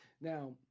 Now